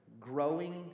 growing